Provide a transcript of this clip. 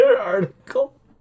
article